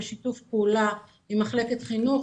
בשיתוף פעולה עם מחלקת חינוך,